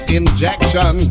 injection